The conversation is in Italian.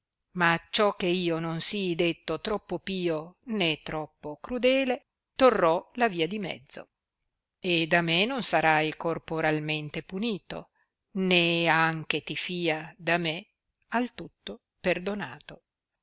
ma acciò che io non sii detto troppo pio né troppo crudele torrò la via di mezzo e da me non sarai corporalmente punito né anche ti fia da me al tutto perdonato